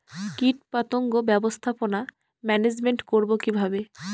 কীটপতঙ্গ ব্যবস্থাপনা ম্যানেজমেন্ট করব কিভাবে?